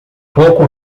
pouco